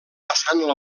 passant